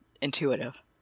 intuitive